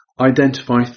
identify